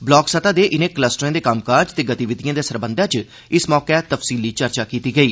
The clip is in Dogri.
ब्लाक सतह दे इनें कलस्टरें दे कम्मकाज ते गतिविधिए दे सरबंधै च इस मौके तफ्सीली चर्चा कीती गेई